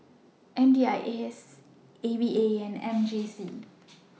MDIS AVA and MJC